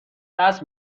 دست